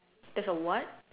there's a what